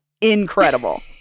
incredible